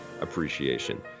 appreciation